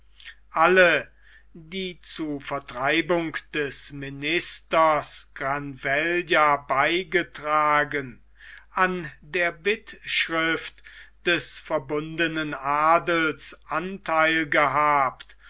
alle die zu vertreibung des ministers granvella beigetragen an der bittschrift des verbundenen adels antheil gehabt